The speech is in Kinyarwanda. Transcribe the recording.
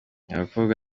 abakobwa